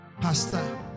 Pastor